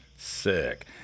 sick